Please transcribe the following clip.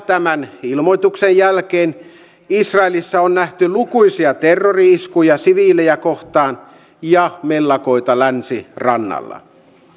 tämän ilmoituksen jälkeen israelissa on nähty lukuisia terrori iskuja siviilejä kohtaan ja mellakoita länsirannalla